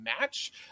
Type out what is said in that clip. match